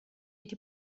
эти